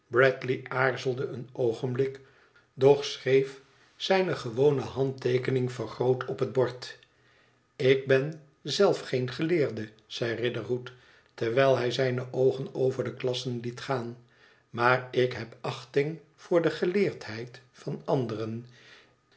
aarzelde een oogenblik doch schreef zijne gewone hanteekening vergroot op het bord ik ben zelf geen geleerde zei riderhood terwijl hij zijne oogen over de klassen liet gaan maar ik heb achting voor de geleerdheid van anderen